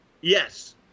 Yes